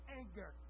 anger